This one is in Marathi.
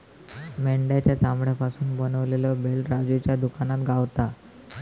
मेंढ्याच्या चामड्यापासून बनवलेलो बेल्ट राजूच्या दुकानात गावता